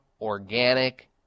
organic